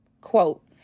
Quote